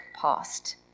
past